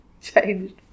changed